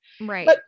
Right